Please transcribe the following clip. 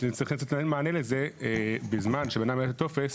אתם תצטרכו לתת מענה לזה, ובזמן שאדם מילא טופס,